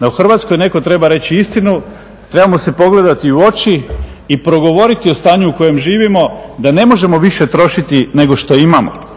No u Hrvatskoj netko treba reći istinu, trebamo se pogledati u oči i progovoriti o stanju u kojem živimo da ne možemo više trošiti nego što imamo.